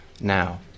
Now